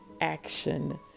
action